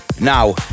Now